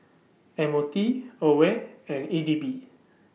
M O T AWARE and E D B